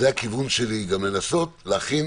זה הכיוון שלי גם, לנסות להכין